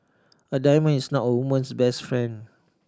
a diamond is not a woman's best friend